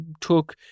took